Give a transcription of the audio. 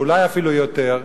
ואולי אפילו יותר,